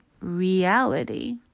reality